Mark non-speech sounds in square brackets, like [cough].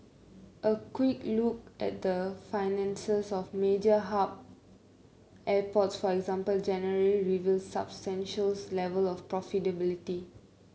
a quick look at the finances of major hub airports for example generally reveals substantial [unintelligible] level of profitability